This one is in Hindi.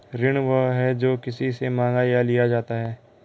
ऋण वह है, जो किसी से माँगा या लिया जाता है